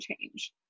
change